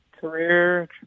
career